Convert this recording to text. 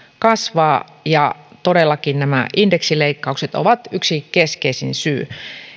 kasvaa ja todellakin nämä indeksileikkaukset ovat yksi keskeisin syy